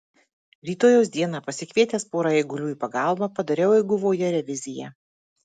rytojaus dieną pasikvietęs pora eigulių į pagalbą padariau eiguvoje reviziją